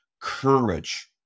courage